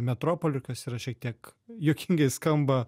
metropoliu kas yra šiek tiek juokingai skamba